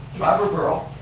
barbara burrow,